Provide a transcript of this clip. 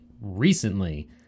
recently